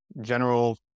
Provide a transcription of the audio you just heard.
general